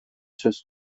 söz